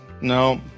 no